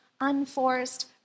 unforced